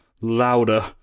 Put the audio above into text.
louder